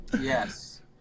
yes